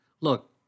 Look